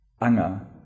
Anger